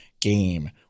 game